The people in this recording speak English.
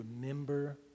remember